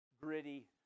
gritty